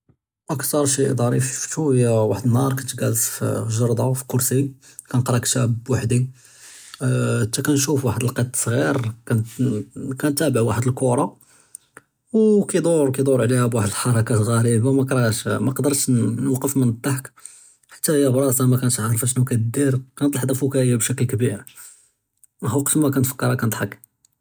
אַקְתַר שַי חַ'רִיף שִפְתּוּ הִי וַחַד נְהַאר כּוֹנְת גָּלֵס פִי אֶלְגַ'ארְדָה פִי אֶלְכְּרְסִי כַּנְקְרָא כִּתָּאב בּוְחְדִי, כַּנְשּׁוּף וַחַד אֶלְקַּטּ ṣְעִיר כָּאנָה תּוֹאֵב כּוּרָה וְכַיִדּוּר יְדּוּר עַלְיָהּ בּוְחְד אֶלְחֻרְכַּאת גְּרִיבָּה מְקַדְּרְתְּש נְוֹקַּף מַאלְדַּחַק ḥַתִּי הִיָא בְּרַאסְהָ מַא כָּאנָתש עַארְפָה שְנוּ קַא דִיר, קָאנַת לַחְצַה פוּקָהִיָּה בִּשְכְּל קְבִּיר וְקְת מַא נִתְפַּכְּרְהָ כַּנְדַחַק.